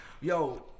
Yo